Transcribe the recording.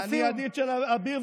אני ידיד של אביר,